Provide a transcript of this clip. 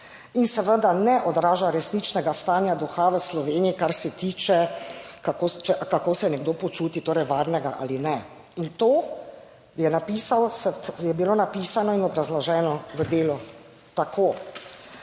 in seveda ne odraža resničnega stanja duha v Sloveniji, kar se tiče, kako se nekdo počuti, torej varnega ali ne. In to je napisal, je bilo napisano in obrazloženo v Delu tako: